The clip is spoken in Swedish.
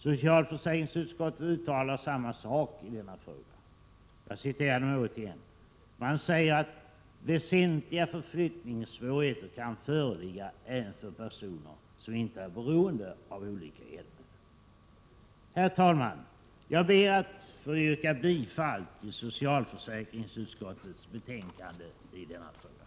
Socialförsäkringsutskottet uttalar samma sak i denna fråga. Man säger att ”väsentliga förflyttningssvårigheter kan föreligga även för personer Herr talman! Jag ber att i denna fråga få yrka bifall till hemställan i 19 maj 1988